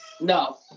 No